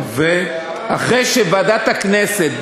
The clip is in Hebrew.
אחרי שוועדת הכנסת,